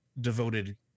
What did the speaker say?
devoted